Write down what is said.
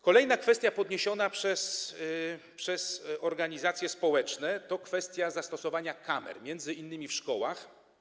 Kolejna kwestia podniesiona przez organizacje społeczne to kwestia zastosowania kamer, m.in. w szkołach.